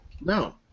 No